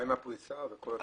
הפריסה וכל זה?